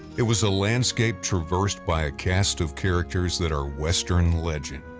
it was a landscape traversed by a cast of characters that are western legend.